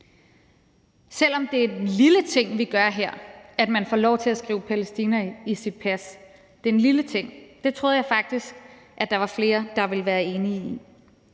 Selv om det er en lille ting, vi gør her, altså at man får lov til at skrive Palæstina i sit pas, så troede jeg faktisk at der var flere, der ville være enige i